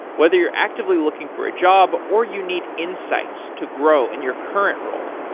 whether you're actively looking for a job or you need insights to grow in your current role,